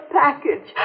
package